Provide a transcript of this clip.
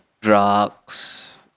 drugs